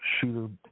shooter